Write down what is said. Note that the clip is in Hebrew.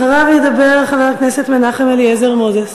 אחריו ידבר חבר הכנסת מנחם אליעזר מוזס.